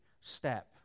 step